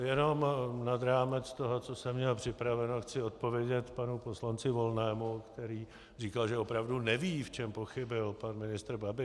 Jenom nad rámec toho, co jsem měl připraveno, chci odpovědět panu poslanci Volnému, který říkal, že opravdu neví, v čem pochybil pan ministr Babiš.